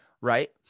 right